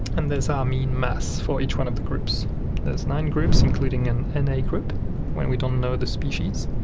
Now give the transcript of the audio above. and there's our mean mass for each one of the groups there's nine groups including and an na group when we don't know the species